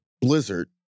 blizzard